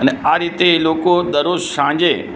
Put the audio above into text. અને આ રીતે એ લોકો દરરોજ સાંજે